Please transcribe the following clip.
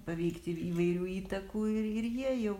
paveikti įvairių įtakų ir ir jie jau